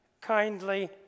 kindly